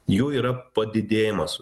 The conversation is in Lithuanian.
jų yra padidėjimas